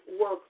work